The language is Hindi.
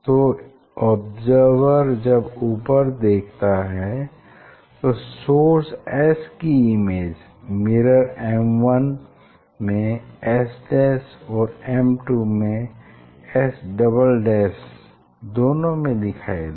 तो ओब्जर्वर जब ऊपर देखता है तो सोर्स S की इमेज मिरर M1 में S और M2 में S दोनों में दिखाई देगी